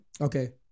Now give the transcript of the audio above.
Okay